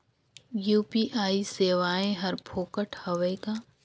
UPI सेवाएं हर फोकट हवय का?